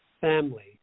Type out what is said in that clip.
Family